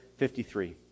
53